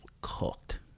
cooked